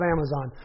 Amazon